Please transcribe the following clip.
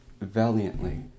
valiantly